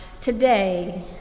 today